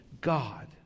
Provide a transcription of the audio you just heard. God